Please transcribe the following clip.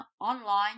online